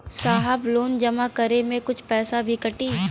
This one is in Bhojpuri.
साहब लोन जमा करें में कुछ पैसा भी कटी?